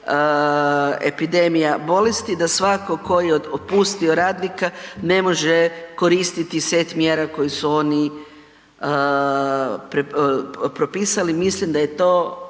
epidemija bolesti da svatko tko je otpustio radnika ne može koristiti set mjera koji su oni propisali. Mislim da bi to